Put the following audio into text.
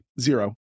zero